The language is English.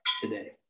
today